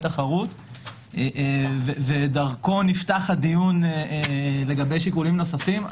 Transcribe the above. תחרות ודרכו נפתח הדיון לגבי שיקולים נוספים.